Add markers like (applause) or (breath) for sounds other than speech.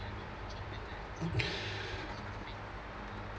(breath)